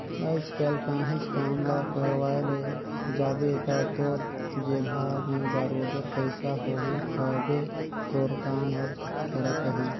आएज काएल काहींच काम ल करवाए ले जाबे ता तोर जेबहा में बरोबेर पइसा होही तबे तोर काम हर सरकही